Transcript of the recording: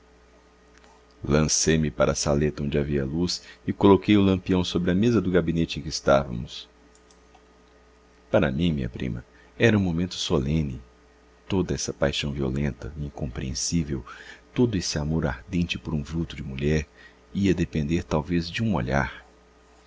lancei me para a saleta onde havia luz e coloquei o lampião sobre a mesa do gabinete em que estávamos para mim minha prima era um momento solene toda essa paixão violenta incompreensível todo esse amor ardente por um vulto de mulher ia depender talvez de um olhar